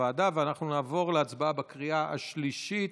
אנחנו נעבור להצבעה בקריאה השלישית.